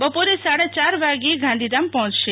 બપોરે સાડા ચાર વાગ્યે ગાંધીધામ પહોંચશે